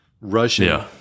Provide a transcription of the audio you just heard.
Russian